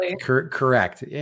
Correct